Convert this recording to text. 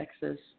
Texas